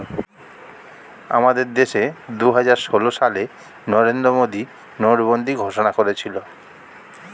আমাদের দেশে দুহাজার ষোল সালে নরেন্দ্র মোদী নোটবন্দি ঘোষণা করেছিল